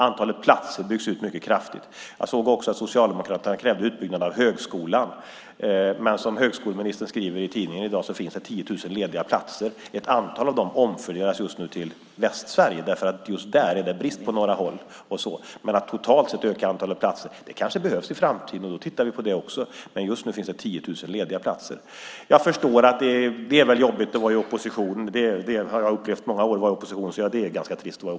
Antalet platser byggs ut mycket kraftigt. Jag såg också att Socialdemokraterna krävde utbyggnad av högskolan. Men som högskoleministern skriver i tidningen i dag finns det 10 000 lediga platser. Ett antal av dem omfördelas just nu till Västsverige eftersom det där är brist på några håll. Att öka antalet platser kanske behövs i framtiden, och då tittar vi på det. Just nu finns det dock 10 000 lediga platser. Jag förstår att det är jobbigt att vara i opposition. Det har jag varit i många år, och det är ganska trist.